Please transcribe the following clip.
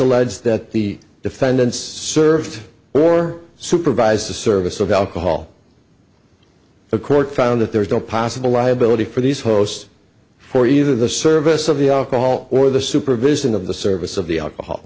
allege that the defendants served or supervised the service of alcohol the court found that there is no possible liability for these hosts for either the service of the alcohol or the supervision of the service of the alcohol